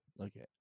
okay